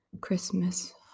Christmas